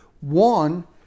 One